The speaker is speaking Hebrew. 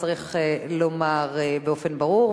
צריך לומר באופן ברור.